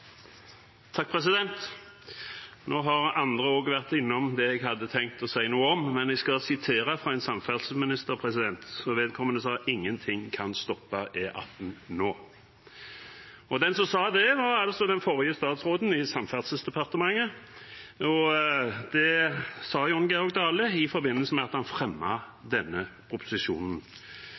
Nå har andre også vært innom det jeg hadde tenkt å si noe om, men jeg skal gjengi en samferdselsministers ord. Vedkommende sa: Ingenting kan stoppe E18 nå. Den som sa det, var altså den forrige statsråden i Samferdselsdepartementet. Det sa Jon Georg Dale i forbindelse med at han fremmet denne proposisjonen.